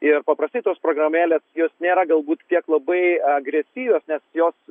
ir paprastai tos programėlės jos nėra galbūt tiek labai agresyvios nes jos